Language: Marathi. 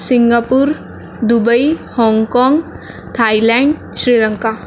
सिंगापूर दुबई हाँगकाँग थायलँड श्रीलंका